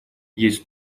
есть